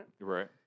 right